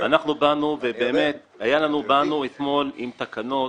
אנחנו באנו אתמול עם תקנות